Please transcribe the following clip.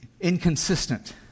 inconsistent